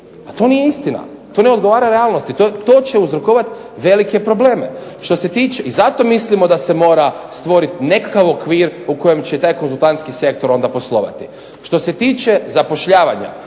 to nije istina, to ne odgovara realnosti. To će uzrokovat velike probleme i zato mislimo da se mora stvorit nekakav okvir u kojem će taj konzultantski sektor onda poslovati. Što se tiče zapošljavanja,